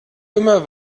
immer